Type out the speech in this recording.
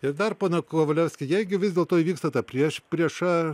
ir dar pone kovalevski jeigu vis dėlto įvyksta ta priešprieša